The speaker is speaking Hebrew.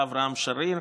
זה היה אברהם שריר,